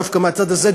דווקא מהצד הזה,